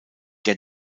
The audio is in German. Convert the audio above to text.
der